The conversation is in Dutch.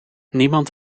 niemand